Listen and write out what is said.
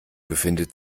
befindet